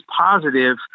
positive